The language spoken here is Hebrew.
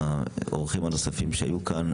לאורחים הנוספים שהיו כאן,